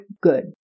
good